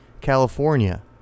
California